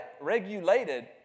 regulated